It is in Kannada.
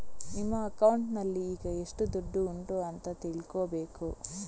ನಿಮ್ಮ ಅಕೌಂಟಿನಲ್ಲಿ ಈಗ ಎಷ್ಟು ದುಡ್ಡು ಉಂಟು ಅಂತ ತಿಳ್ಕೊಳ್ಬೇಕು